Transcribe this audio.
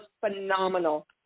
phenomenal